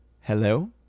Hello